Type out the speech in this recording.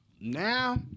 Now